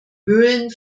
höhlen